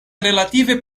relative